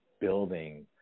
building